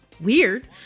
weird